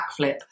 backflip